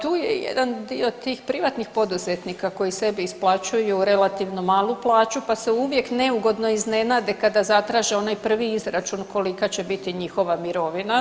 Tu je jedan dio tih privatnih poduzetnika koji sebi isplaćuju relativno malu plaću pa se uvijek neugodno iznenade kada zatraže onaj prvi izračun kolika će biti njihova mirovina.